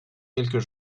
quelques